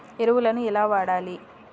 ఎరువులను ఎలా వాడాలి?